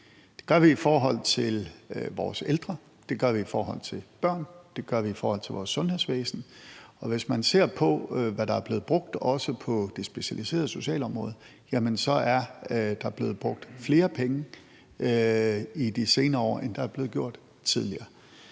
Det gør vi i forhold til vores sundhedsvæsen. Og hvis man ser på, hvad der er blevet brugt, også på det specialiserede socialområde, så er der blevet brugt flere penge i de senere år, end der er blevet gjort tidligere.